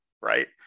right